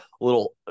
little